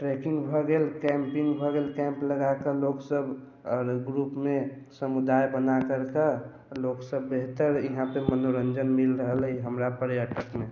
tracking भऽ गेल camping भऽ गेल कैम्प लगा के लोग सब आओर ग्रुपमे समुदाय बना करके लोकसब बेहतर यहाँ पे मनोरंजन मिल रहल अय हमरा पर्यटक मे